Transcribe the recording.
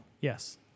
yes